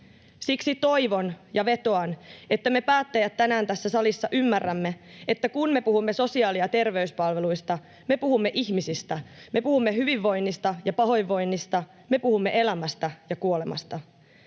Siksi toivon ja vetoan, että me päättäjät tänään tässä salissa ymmärrämme, että kun me puhumme sosiaali- ja terveyspalveluista, me puhumme ihmisistä, me puhumme hyvinvoinnista ja pahoinvoinnista, me puhumme elämästä ja kuolemasta.